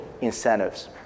incentives